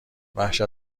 وحشت